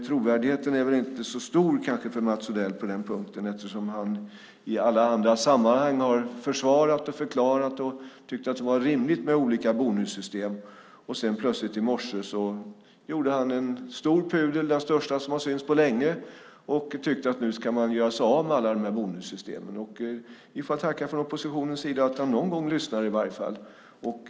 Trovärdigheten är dock inte så stor på den punkten eftersom Mats Odell i alla andra sammanhang har försvarat, förklarat och tyckt att det är rimligt med olika bonussystem. Men i morse gjorde han plötsligt en stor pudel, den största som synts på länge, och tyckte att man nu ska göra sig av med alla bonussystem. Från oppositionens sida får vi tacka för att han någon gång lyssnar.